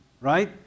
Right